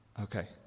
Okay